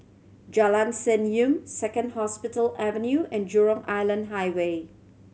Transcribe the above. Jalan Senyum Second Hospital Avenue and Jurong Island Highway